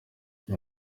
ibi